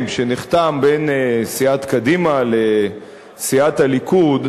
שנחתם בין סיעת קדימה לסיעת הליכוד,